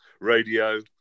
radio